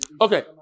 Okay